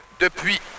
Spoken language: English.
depuis